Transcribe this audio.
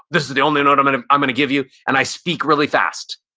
this is the only note i'm and and i'm going to give you, and i speak really fast,